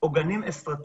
אפשר לקחת סיכונים,